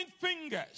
fingers